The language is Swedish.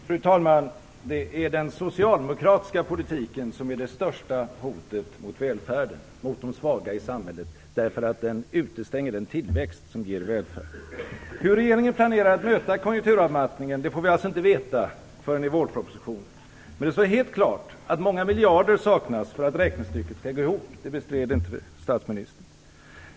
Fru talman! Det är den socialdemokratiska politiken som är det största hotet mot välfärden, mot de svaga i samhället, därför att den utestänger den tillväxt som ger välfärd. Hur regeringen planerar att möta konjunkturavmattningen får vi alltså inte veta förrän i vårpropositionen. Men det står helt klart att många miljarder saknas för att räknestycket skall gå ihop. Det bestred inte statsministern.